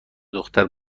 دختر